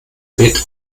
wird